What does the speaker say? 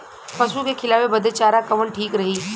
पशु के खिलावे बदे चारा कवन ठीक रही?